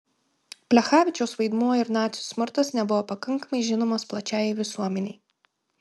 plechavičiaus vaidmuo ir nacių smurtas nebuvo pakankamai žinomas plačiajai visuomenei